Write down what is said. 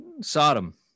Sodom